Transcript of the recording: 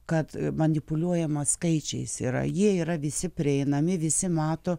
kad manipuliuojama skaičiais yra jie yra visi prieinami visi mato